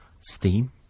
Steam